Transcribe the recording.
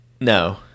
No